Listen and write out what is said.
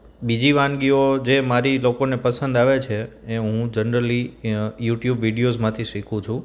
બીજી વાનગીઓ જે મારી લોકોને પસંદ આવે છે એ હું જનરલી યુ ટ્યુબ વિડીઓઝમાંથી શીખું છું